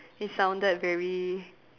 it sounded very